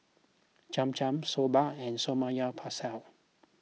Cham Cham Soba and Samgeyopsal